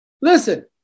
listen